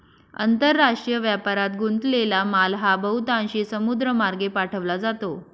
आंतरराष्ट्रीय व्यापारात गुंतलेला माल हा बहुतांशी समुद्रमार्गे पाठवला जातो